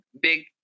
big